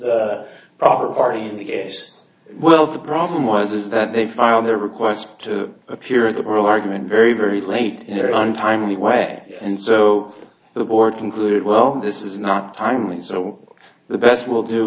were proper party in the case well the problem was is that they filed their request to appear at the argument very very late untimely way and so the board concluded well this is not timely so the best will do